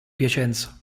piacenza